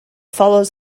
follows